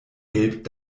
gelb